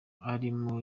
arimo